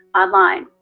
online.